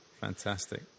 fantastic